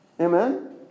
amen